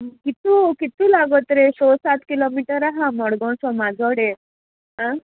कितू कितू लागोत रे सात किलोमिटर आहा मडगांव सो माजोडे आ